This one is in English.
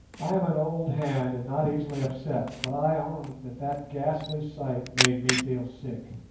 i am an old hand and not easily upset, but i own that that ghastly sight made me feel sick.